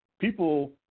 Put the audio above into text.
people